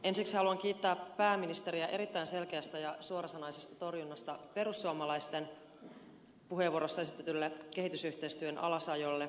ensiksi haluan kiittää pääministeriä erittäin selkeästä ja suorasanaisesta perussuomalaisten puheenvuorossa esitetyn kehitysyhteistyön alasajon torjunnasta